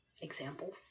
example